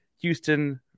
Houston